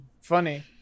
funny